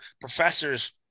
professors